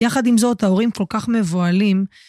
יחד עם זאת ההורים כל כך מבוהלים.